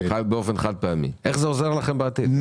באופן חד-פעמי, איך זה עוזר לכם בעתיד?